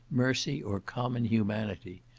mercy, or common humanity.